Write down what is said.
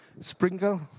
sprinkle